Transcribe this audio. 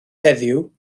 heddiw